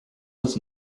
was